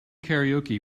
karaoke